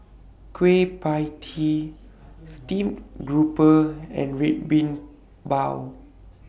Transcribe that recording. Kueh PIE Tee Steamed Grouper and Red Bean Bao